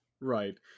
Right